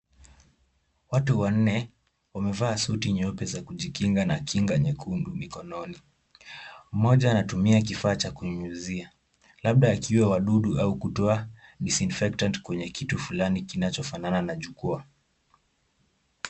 Watu wanne wamevaa suti nyeupe za kujikinga na kinga nyekundu mikononi. Mmoja anatumia kifaa cha kunyunyuzia labda akiua wadudu au kutoa disinfectant kwenye kitu fulani kinachofanana na jukwaa.